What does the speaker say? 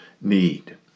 need